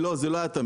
לא, זה לא היה תמיד.